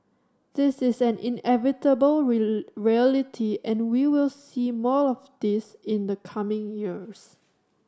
this is an inevitable reality and we will see more of this in the coming years